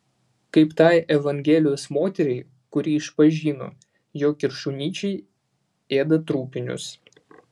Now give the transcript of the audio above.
kaip tai evangelijos moteriai kuri išpažino jog ir šunyčiai ėda trupinius